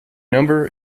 number